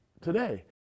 today